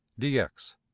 dx